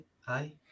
Hi